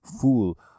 fool